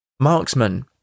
marksman